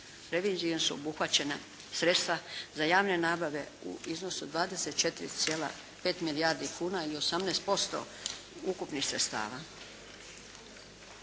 Revizijom su obuhvaćena sredstva za javne nabave u iznosu 24,5 milijardi kuna ili 18% ukupnih sredstava.